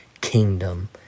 kingdom